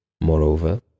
Moreover